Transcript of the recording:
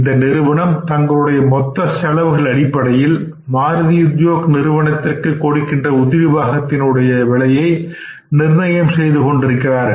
இந்த நிறுவனம் தங்களுடைய மொத்த செலவுகள் அடிப்படையில் மாருதி உத்யோக் நிறுவனத்திற்கு கொடுக்கின்ற உதிரிபாகங்கள் உடைய விலையை நிர்ணயம் செய்து கொண்டிருக்கின்றது